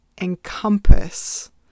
encompass